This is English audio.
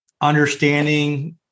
understanding